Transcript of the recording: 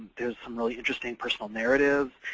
there's some really interesting personal narratives.